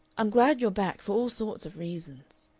i'm glad you're back for all sorts of reasons.